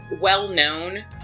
Well-known